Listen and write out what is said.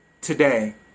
today